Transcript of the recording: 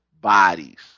bodies